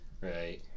right